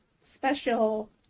special